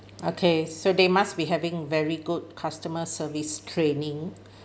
okay so they must be having very good customer service training